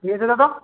ঠিক আছে দাদা